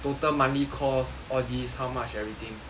total monthly costs all this how much everything